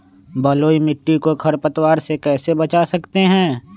बलुई मिट्टी को खर पतवार से कैसे बच्चा सकते हैँ?